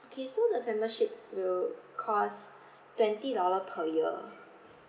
okay so the membership will cost twenty dollar per year